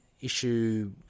issue